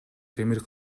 темир